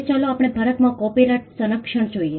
હવે ચાલો આપણે ભારતમાં કોપીરાઇટ સંરક્ષણ જોઈએ